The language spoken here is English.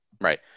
right